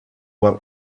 were